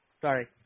Sorry